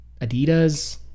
Adidas